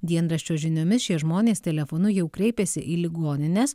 dienraščio žiniomis šie žmonės telefonu jau kreipėsi į ligonines